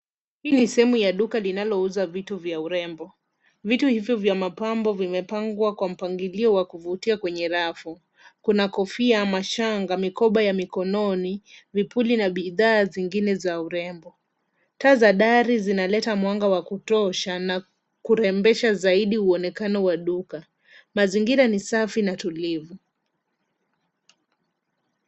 Hii ni sehemu ya duka linalouza vitu vya urembo. Vitu hivyo vya mapambo vimepangwa kwa mpangilio wa kuvutia kwenye rafu. Kuna kofia, mashanga, mikoba ya mikononi, vipuli na bidhaa zingine za urembo. Taa za dari zinaleta mwanga wa kutosha na kurembesha zaidi uonekano wa maduka. Mazingira ni safi na tulivu.